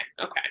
okay